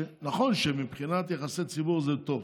נכון שמבחינת יחסי ציבור זה טוב,